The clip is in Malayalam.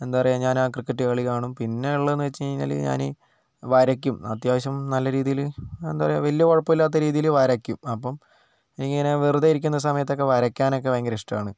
എന്താ പറയുക ഞാൻ ആ ക്രിക്കറ്റ് കളി കാണും പിന്നെ ഉള്ളതെന്ന് വെച്ചു കഴിഞ്ഞാൽ ഞാൻ വരയ്ക്കും അത്യാവശ്യം നല്ല രീതിയിൽ എന്താ പറയുക വലിയ കുഴപ്പമില്ലാത്ത രീതിയിൽ വരയ്ക്കും അപ്പം എനിക്കിങ്ങനെ വെറുതെ ഇരിക്കുന്ന സമയത്തൊക്കെ വരയ്ക്കാനൊക്കെ ഭയങ്കര ഇഷ്ടമാണ്